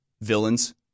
villains